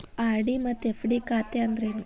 RD ಮತ್ತ FD ಖಾತೆ ಅಂದ್ರೇನು